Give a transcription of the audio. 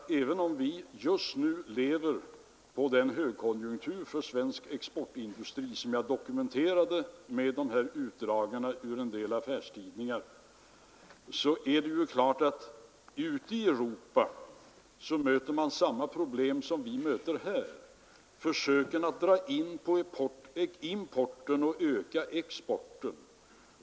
Även om vi just nu lever på den högkonjunktur för svensk exportindustri som jag dokumenterade med utdrag ur en del affärstidningar, så gör man ute i Europa på samma sätt som vi, dvs. försöker minska importen och öka exporten.